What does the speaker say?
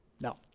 No